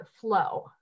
flow